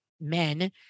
men